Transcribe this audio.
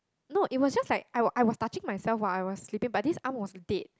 no it was just like I was I was just touching myself when I was sleeping but this arm was dead